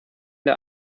der